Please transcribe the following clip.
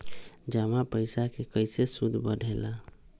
जमा पईसा के कइसे सूद बढे ला?